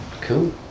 Cool